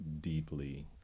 deeply